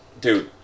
Dude